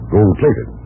Gold-plated